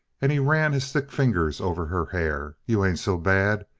and he ran his thick fingers over her hair. you ain't so bad.